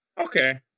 okay